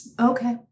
Okay